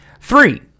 Three